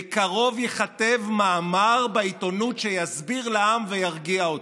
בקרוב ייכתב מאמר בעיתונות שיסביר לעם וירגיע אותו.